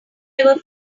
ever